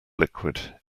liquid